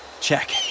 Check